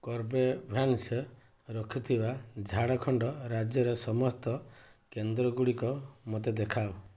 Corbevax ରଖିଥିବା ଝାଡ଼ଖଣ୍ଡ ରାଜ୍ୟର ସମସ୍ତ କେନ୍ଦ୍ରଗୁଡ଼ିକ ମୋତେ ଦେଖାଅ